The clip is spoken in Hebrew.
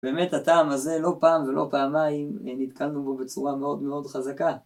באמת הטעם הזה לא פעם ולא פעמיים נתקלנו בו בצורה מאוד מאוד חזקה.